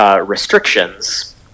restrictions